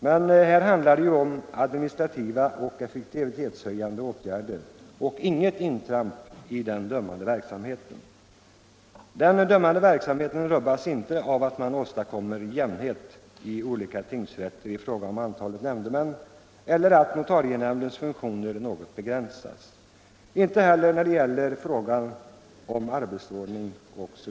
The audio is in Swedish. Men det handlar ju om administrativa och effektivitetshöjande åtgärder och inte om intramp i den dömande verksamheten.